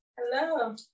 Hello